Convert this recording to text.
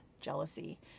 jealousy